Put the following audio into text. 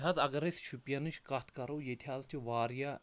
نہٕ حظ اگر أسۍ شُپیَنٕچ کَتھ کَرو ییٚتہِ حظ چھِ واریاہ